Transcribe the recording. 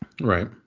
Right